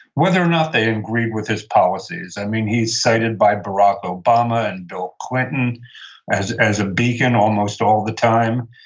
whether or not they agreed with his policies. i and mean, he's cited by barack obama and bill clinton as as a beacon almost all the time.